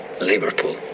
Liverpool